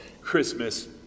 Christmas